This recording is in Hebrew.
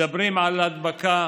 מדברים על הדבקה